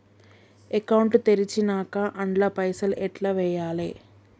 Account తెరిచినాక అండ్ల పైసల్ ఎట్ల వేయాలే?